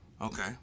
Okay